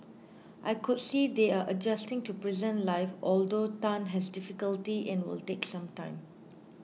I could see they are adjusting to prison life although Tan has difficulty and will take some time